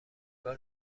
بار